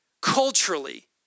culturally